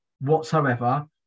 whatsoever